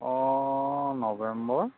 অঁ নৱেম্বৰ